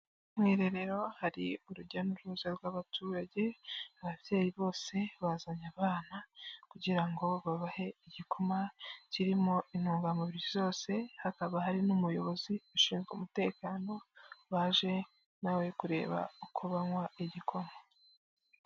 Mu irerero hari urujya n'uruza rw'abaturage, ababyeyi bose bazanye abana, kugira ngo babahe igikoma kirimo intungamubiri zose, hakaba hari n'umuyobozi ushinzwe umutekano, waje nawe kureba uko banywa igikoma.